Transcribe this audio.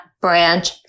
branch